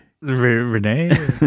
Renee